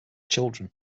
children